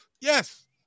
Yes